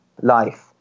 life